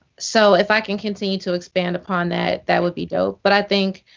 so if i can continue to expand upon that, that would be dope. but i think